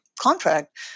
contract